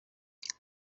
bya